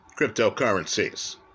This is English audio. cryptocurrencies